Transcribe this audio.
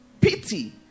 pity